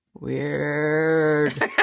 Weird